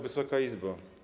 Wysoka Izbo!